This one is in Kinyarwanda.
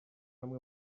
amwe